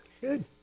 Good